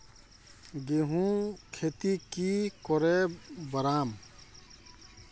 गेंहू खेती की करे बढ़ाम?